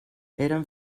eren